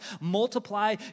Multiply